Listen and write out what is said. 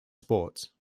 sports